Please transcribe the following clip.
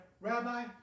Rabbi